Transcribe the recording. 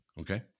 Okay